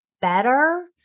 better